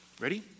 Ready